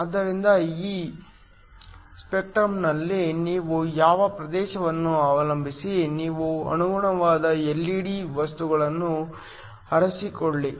ಆದ್ದರಿಂದ ಈ ಸ್ಪೆಕ್ಟ್ರಮ್ನಲ್ಲಿ ನೀವು ಯಾವ ಪ್ರದೇಶವನ್ನು ಅವಲಂಬಿಸಿ ನೀವು ಅನುಗುಣವಾದ ಎಲ್ಇಡಿ ವಸ್ತುಗಳನ್ನು ಆರಿಸಿಕೊಳ್ಳಿ